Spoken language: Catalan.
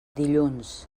dilluns